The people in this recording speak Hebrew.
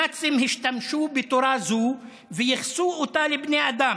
הנאצים השתמשו בתורה זו וייחסו אותה לבני אדם.